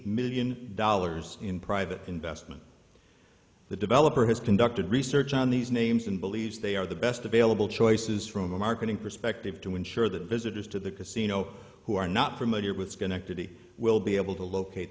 million dollars in private investment the developer has conducted research on these names and believes they are the best available choices from a marketing perspective to ensure that visitors to the casino who are not familiar with schenectady will be able to locate